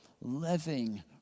living